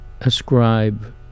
ascribe